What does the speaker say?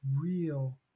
real